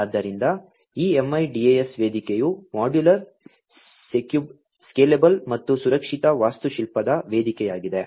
ಆದ್ದರಿಂದ ಈ MIDAS ವೇದಿಕೆಯು ಮಾಡ್ಯುಲರ್ ಸ್ಕೇಲೆಬಲ್ ಮತ್ತು ಸುರಕ್ಷಿತ ವಾಸ್ತುಶಿಲ್ಪದ ವೇದಿಕೆಯಾಗಿದೆ